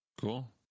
cool